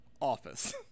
office